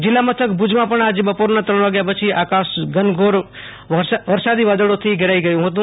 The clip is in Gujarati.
જીલ્લા મથક ભુજમાં પણ આજે બપોરના ત્રણ વાગ્યા પછી આકાશ ઘમઘોર વરસાદી વાદળોથી ઘેરાઈ ગયુ હતું